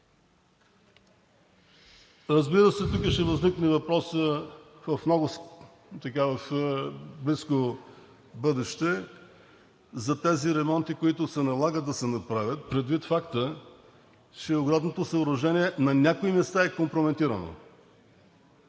бъдеще тук ще възникне въпросът за тези ремонти, които се налага да се направят. Предвид факта, че оградното съоръжение на някои места е компрометирано,